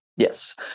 Yes